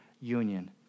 union